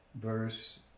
verse